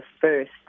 first